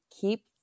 keep